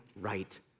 right